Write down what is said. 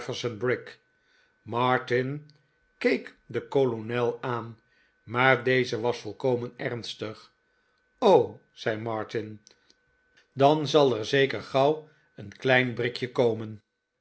martin keek den kolonel aan maar deze was volkomen ernstig t o zei martin dan zal er zeker gauw een klein brickje komen